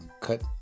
cut